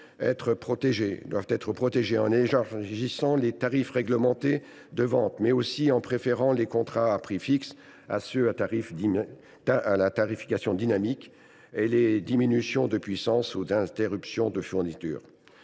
bien sûr être protégés : il faut étendre les tarifs réglementés de vente, mais aussi préférer les contrats à prix fixe à ceux à tarification dynamique, et les diminutions de puissance aux interruptions de fourniture.